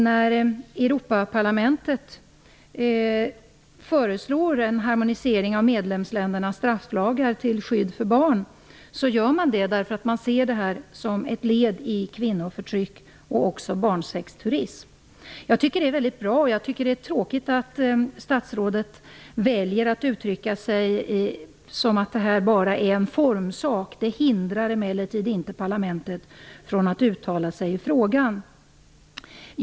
När Europaparlamentet föreslår en harmonisering av medlemsländernas strafflagar till skydd för barn gör man det därför att man ser det som ett led i kampen mot kvinnoförtryck och barnsexturism. Jag tycker att det är bra, och det är tråkigt att statsrådet väljer att uttrycka sig som om det här bara vore en formsak: ''Detta hindrar emellertid inte parlamentet från att uttala sig i frågan --.''